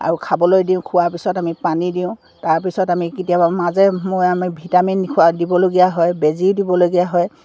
আৰু খাবলৈ দিওঁ খোৱাৰ পিছত আমি পানী দিওঁ তাৰপিছত আমি কেতিয়াবা মাজে ম আমি ভিটামিন খোৱা দিবলগীয়া হয় বেজীও দিবলগীয়া হয়